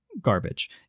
garbage